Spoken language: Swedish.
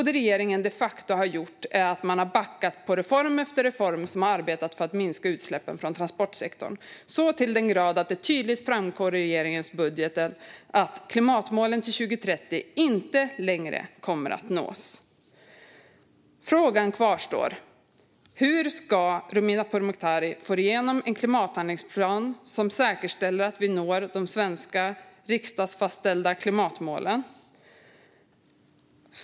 Det regeringen har gjort är att backa på reform efter reform som haft till syfte att minska utsläppen från transportsektorn - så till den grad att det tydligt framkommer i regeringens budget att klimatmålen för 2030 inte kommer att nås. Frågan kvarstår: Hur ska Romina Pourmokhtari få igenom en klimathandlingsplan som säkerställer att vi når de svenska av riksdagen fastställda klimatmålen?